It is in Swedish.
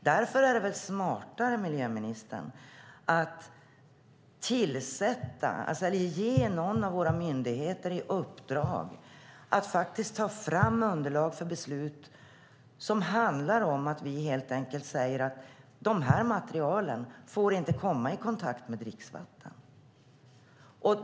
Därför vore det väl smartare, miljöministern, att ge någon av våra myndigheter i uppdrag att faktiskt ta fram underlag för beslut som handlar om att vi helt enkelt säger att dessa material inte får komma i kontakt med dricksvatten.